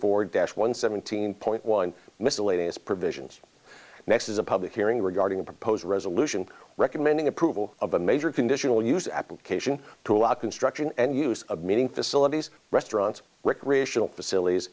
four desh one seventeen point one miscellaneous provisions next is a public hearing regarding a proposed resolution recommending approval of a major conditional use application to allow construction and use of meeting facilities restaurants recreational facilities